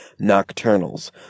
nocturnals